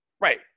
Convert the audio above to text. Right